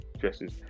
dresses